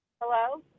Hello